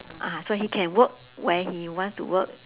ah so he can work where he wants to work